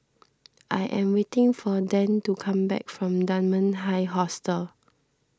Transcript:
I am waiting for Dan to come back from Dunman High Hostel